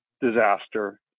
disaster